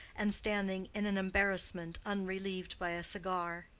and standing in an embarrassment unrelieved by a cigar.